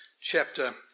chapter